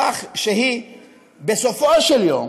כך שהיא בסופו של יום